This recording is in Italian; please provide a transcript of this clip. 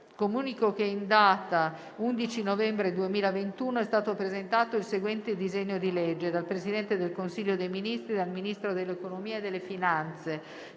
Comunico che in data 11 novembre 2021 è stato presentato il seguente disegno di legge: *dal Presidente del Consiglio dei ministri e dal Ministro dell'economia e delle finanze*